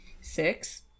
Six